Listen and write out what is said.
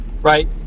right